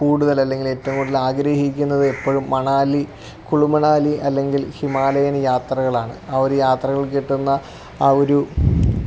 കുടുതലല്ലെങ്കിലേറ്റവും കൂടുതലാഗ്രഹിക്കുന്നത് എപ്പോഴും മണാലി കുളു മണാലി അല്ലെങ്കിൽ ഹിമാലയൻ യാത്രകളാണ് ആ ഒരു യാത്രകൾ കിട്ടുന്ന ആ ഒരു